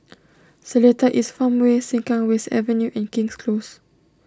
Seletar East Farmway Sengkang West Avenue and King's Close